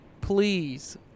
Please